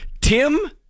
Tim